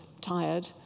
tired